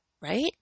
right